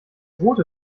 rote